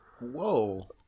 Whoa